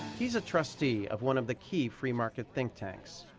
he's a trustee of one of the key free-market think tanks.